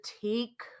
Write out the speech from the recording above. take